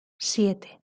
siete